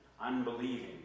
unbelieving